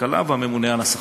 הכלכלה והממונה על השכר.